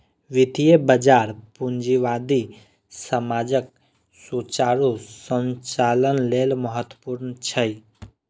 वित्तीय बाजार पूंजीवादी समाजक सुचारू संचालन लेल महत्वपूर्ण छै